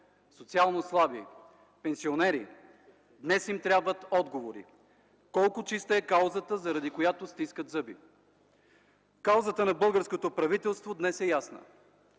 социално слаби, пенсионери днес им трябват отговори – колко чиста е каузата, заради която стискат зъби?! Каузата на българското правителство днес е ясна: